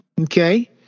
Okay